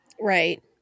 Right